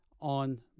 on